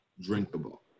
drinkable